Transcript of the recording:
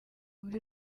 muri